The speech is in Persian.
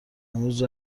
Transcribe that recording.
امروز